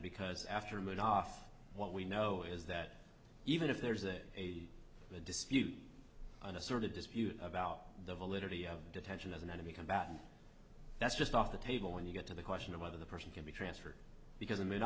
because after mid off what we know is that even if there's a dispute on a sort of dispute about the validity of detention as an enemy combatant that's just off the table when you get to the question of whether the person can be transferred because